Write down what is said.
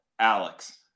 Alex